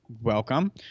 welcome